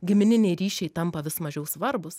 gimininiai ryšiai tampa vis mažiau svarbūs